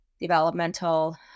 developmental